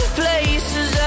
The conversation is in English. places